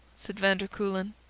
said van der kuylen.